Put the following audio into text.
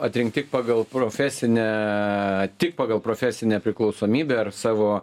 atrinkti pagal profesinę tik pagal profesinę priklausomybę ar savo